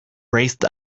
raced